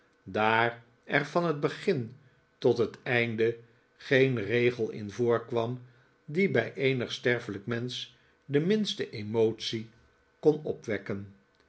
daar er van het begin tot het einde geen regel in voorkwam die bij eenig sterfelijk mensch de minste emotie kon opwekken